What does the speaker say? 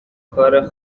کار